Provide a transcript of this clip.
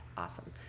Awesome